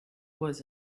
was